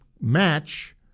match